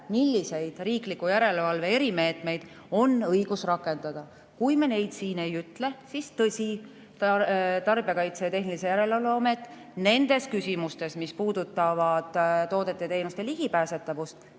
õigust riikliku järelevalve erimeetmeid rakendada. Kui me neid siin ei ütle, siis tõsi, Tarbijakaitse ja Tehnilise Järelevalve Amet nendes küsimustes, mis puudutavad toodetele ja teenustele ligipääsetavust,